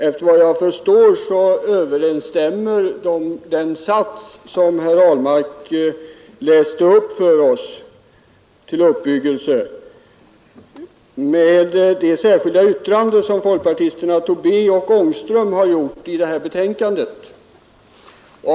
Efter vad jag förstår överensstämmer den sats som herr Ahlmark läste upp till vår uppbyggelse med det särskilda yttrande som folkpartisterna Tobé och Ångström har fogat till utskottets betänkande.